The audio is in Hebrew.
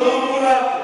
תשאלו את שלמה מולה.